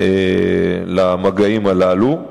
למגעים הללו.